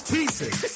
Pieces